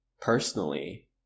personally